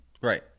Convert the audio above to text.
right